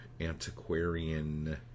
antiquarian